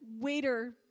waiter